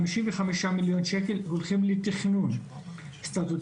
חמישים וחמישה מיליון שקל הולכים לתכנון סטטוטורי,